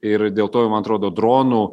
ir dėl to jau man atrodo dronų